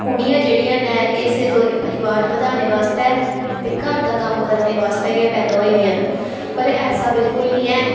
कुड़ियां जेह्ड़ियां न एह् सिर्फ परिवार बधानै बास्तै ते घर दा कम्म करने बास्तै गै पैदा होई दियां न पर ऐसा बिलकुल निं है